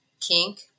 kink